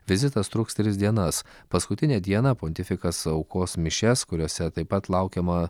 vizitas truks tris dienas paskutinę dieną pontifikas aukos mišias kuriose taip pat laukiama